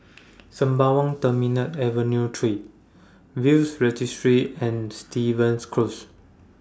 Sembawang Terminal Avenue three Will's Registry and Stevens Close